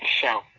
show